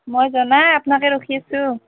মই যোবা নাই আপোনাকে ৰখি আছোঁ